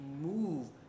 move